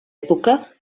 època